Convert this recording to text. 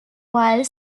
while